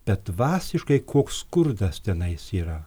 bet dvasiškai koks skurdas tenai yra